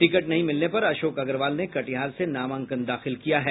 ticket नहीं मिलने पर अशोक अग्रवाल ने कटिहार से नामांकन दाखिल किया है